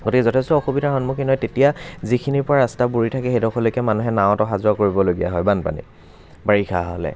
গতিকে যথেষ্ট অসুবিধাৰ সন্মুখীন হয় তেতিয়া যিখিনিৰ পৰা ৰাস্তা বুৰি থাকে সেইডোখৰলৈকে মানুহে নাৱত অহা যোৱা কৰিবলগীয়া হয় বানপানীত বাৰিষা হ'লে